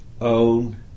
own